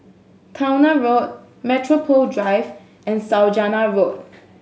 Towner Road Metropole Drive and Saujana Road